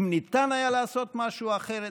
אם ניתן היה לעשות משהו אחרת.